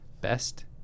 best